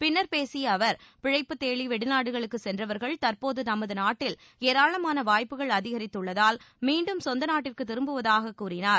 பின்னர் பேசிய அவர் பிழைப்பு தேடி வெளிநாடுகளுக்குச் சென்றவர்கள் தற்போது நமது நாட்டில் ஏராளமான வாய்ப்புகள் அதிகரித்துள்ளதால் மீண்டும் சொந்த நாட்டிற்கு திரும்புவதாக கூறினார்